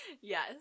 Yes